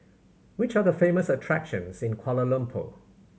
which are the famous attractions in Kuala Lumpur